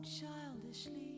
childishly